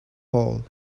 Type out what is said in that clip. hole